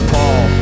Paul